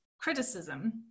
criticism